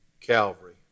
Calvary